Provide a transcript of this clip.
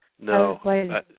no